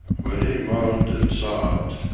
when he moaned and sobbed,